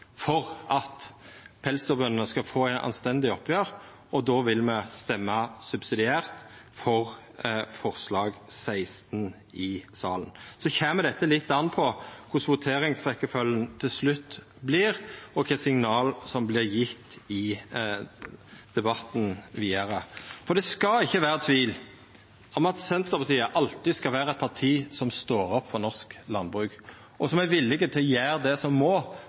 for at pelsdyrbøndene skal få eit anstendig oppgjer, og viss det er nødvendig, vil me stemma subsidiært for forslag nr. 16 i salen. Så kjem det litt an på korleis voteringsrekkjefølgja til slutt vert, og kva signal som vert gjevne i debatten vidare, for det skal ikkje vera tvil om at Senterpartiet alltid skal vera eit parti som står opp for norsk landbruk, og som er villig til å gjera det som må